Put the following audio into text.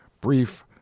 brief